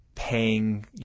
Paying